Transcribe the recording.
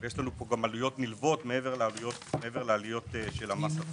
כי יש עלויות נלוות מעבר לעלויות של המס עצמו.